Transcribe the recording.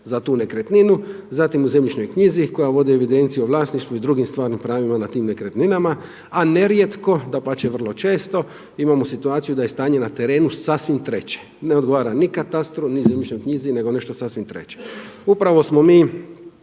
za tu nekretninu, zatim u zemljišnoj knjizi koja vodi evidenciju o vlasništvu i drugim stvarnim pravima na tim nekretninama, a nerijetko, dapače vrlo često imamo situaciju da je stanje na terenu sasvim treće. Ne odgovara ni katastru ni zemljišnoj knjizi nego nešto sasvim treće. Upravo smo mi